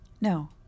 No